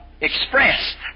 expressed